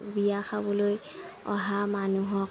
বিয়া খাবলৈ অহা মানুহক